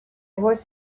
was